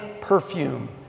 perfume